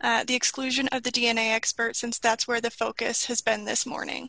the exclusion of the d n a expert since that's where the focus has been this morning